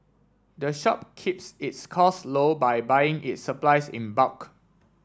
the shop keeps its costs low by buying its supplies in bulk